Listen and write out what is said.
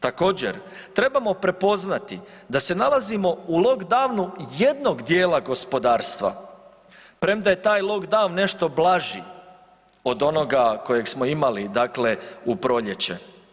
Također trebamo prepoznati da se nalazimo u lockdownu jednog dijela gospodarstva, premda je taj lockdown nešto blaži od onoga kojeg smo imali u proljeće.